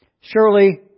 surely